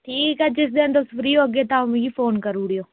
ठीक ऐ जिस दिन तुस फ्री होगे तां मिगी फोन करी ओड़ेओ